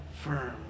firm